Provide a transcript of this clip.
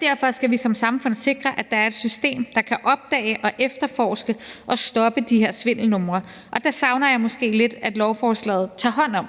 Derfor skal vi som samfund sikre, at der er et system, der kan opdage, efterforske og stoppe de her svindelnumre, og det savner jeg måske lidt at lovforslaget tager hånd om,